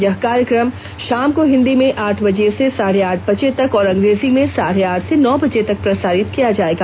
यह कार्यक्रम शाम को हिंदी में आठ बजे से साढ़े आठ बजे तक और अंग्रेजी में साढ़े आठ से नौ बजे तक प्रसारित किया जाएगा